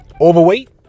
Overweight